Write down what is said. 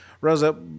Rosa